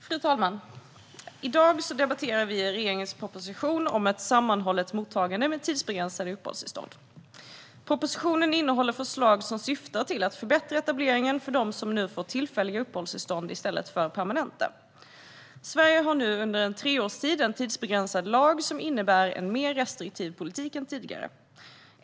Fru talman! I dag debatterar vi regeringens proposition om ett sammanhållet mottagande med tidsbegränsade uppehållstillstånd. Propositionen innehåller förslag som syftar till att förbättra etableringen för dem som nu får tillfälliga uppehållstillstånd i stället för permanenta. Sverige har nu under en treårsperiod en tidsbegränsad lag som innebär en mer restriktiv politik än tidigare.